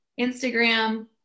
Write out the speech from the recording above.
Instagram